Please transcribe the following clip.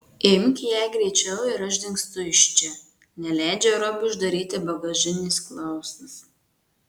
imk ją greičiau ir aš dingstu iš čia neleidžia robiui uždaryti bagažinės klausas